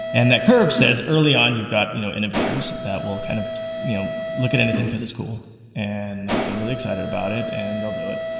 and that curve says, early on, you've got you know innovators that will kind of you know look at anything, because it's cool and like they're really excited about it and they'll do it,